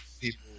people